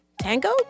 Tango